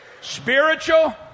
spiritual